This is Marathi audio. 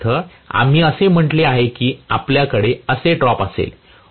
उदाहरणार्थ आम्ही असे म्हटले आहे की आपल्याकडे असे ड्रॉप असेल